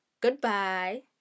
Goodbye